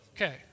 Okay